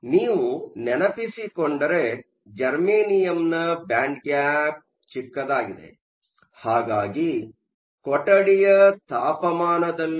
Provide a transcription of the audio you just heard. ನೀವು ನೆನಪಿಸಿಕೊಂಡರೆ ಜರ್ಮೇನಿಯಂನ ಬ್ಯಾಂಡ್ ಗ್ಯಾಪ್ ಚಿಕ್ಕದಾಗಿದೆ ಹಾಗಾಗಿ ಕೊಠಡಿಯ ತಾಪಮಾನದಲ್ಲಿ